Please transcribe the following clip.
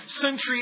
century